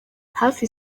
hafi